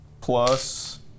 plus